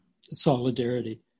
solidarity